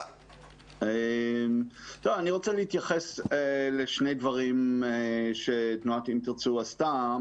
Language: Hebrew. אני רוצה להתייחס לשני דברים שתנועת "אם תרצו" עשתה.